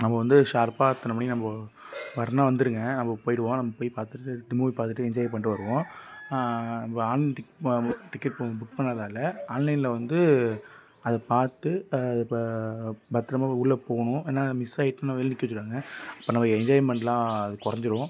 நம்ம வந்து ஷார்ப்பாக இத்தனை மணிக்கு நம்ம வரேன்னால் வந்துடுங்க நம்ம போயிடுவோம் நம்ம போய் பார்த்துட்டு நைட்டு மூவி பார்த்துட்டு என்ஜாய் பண்ணிட்டு வருவோம் நம்ம ஆன் டிக் இப்போ நம்ம டிக்கெட் பு புக் பண்ணதால் ஆன்லைனில் வந்து அதை பார்த்து இப்போ பத்திரமா உ உள்ளேப் போகணும் ஏன்னால் மிஸ் ஆகிட்டுனா வெளில நிற்க வைக்கிறாங்க அப்போ நம்ம என்ஜாய்மெண்ட்டெல்லாம் குறைஞ்சிரும்